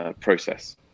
process